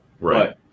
right